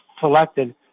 selected